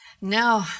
No